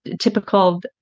typical